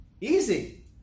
easy